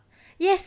yes